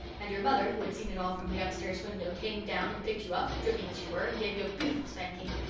and your mother, who had seen it all from the upstairs window, came down and picked you up, dripping as you were, and gave you a beautiful spanking.